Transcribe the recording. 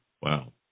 Wow